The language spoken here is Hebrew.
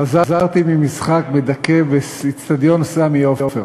חזרתי ממשחק מדכא באצטדיון סמי עופר,